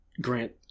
Grant